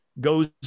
goes